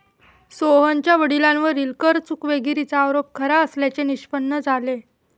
सोहनच्या वडिलांवरील कर चुकवेगिरीचा आरोप खरा असल्याचे निष्पन्न झाले